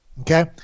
Okay